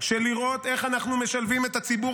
של לראות איך אנחנו משלבים את הציבור